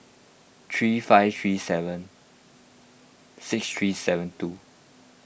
three five three seven six three seven two